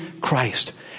Christ